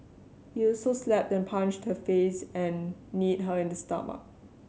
he also slapped and punched her face and kneed her in the stomach